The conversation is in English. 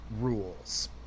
rules